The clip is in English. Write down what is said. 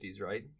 right